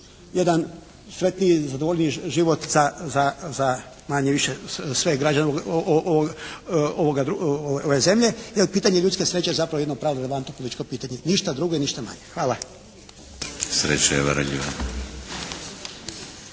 jedan sretniji i zadovoljniji život za manje-više sve građane ove zemlje jer pitanje ljudske sreće je zapravo jedno pravno relevantno političko pitanje, ništa drugo i ništa manje. Hvala. **Šeks, Vladimir